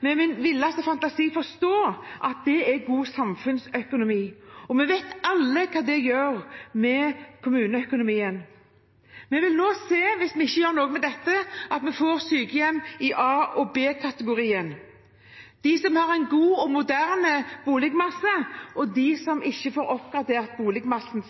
min villeste fantasi forstå at det er god samfunnsøkonomi, og vi vet alle hva det gjør med kommuneøkonomien. Hvis vi ikke gjør noe med dette, vil vi nå se at vi får sykehjem i a- og b-kategorien: de som har en god og moderne boligmasse, og de som ikke får oppgradert boligmassen.